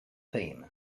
fame